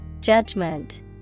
Judgment